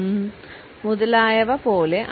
മ്മ' മുതലായവ പോലെ